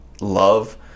love